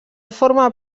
forma